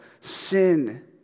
sin